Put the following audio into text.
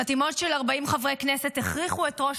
חתימות של 40 חברי כנסת הכריחו את ראש